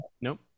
nope